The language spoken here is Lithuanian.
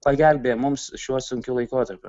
pagelbėja mums šiuo sunkiu laikotarpiu